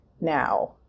now